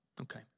Okay